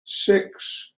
six